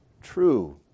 true